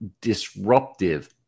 disruptive